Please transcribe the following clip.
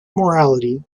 morality